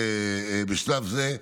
בשלב זה.